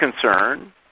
concern